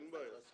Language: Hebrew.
אין בעיה.